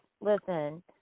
listen